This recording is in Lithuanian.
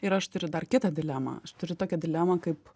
ir aš turiu dar kitą dilemą turiu tokią dilemą kaip